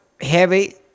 heavy